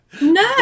No